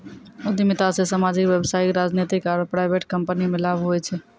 उद्यमिता से सामाजिक व्यवसायिक राजनीतिक आरु प्राइवेट कम्पनीमे लाभ हुवै छै